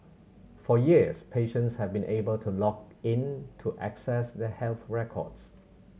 for years patients have been able to log in to access their health records